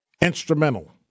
instrumental